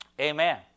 Amen